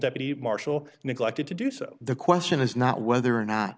deputy marshal neglected to do so the question is not whether or not